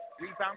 rebound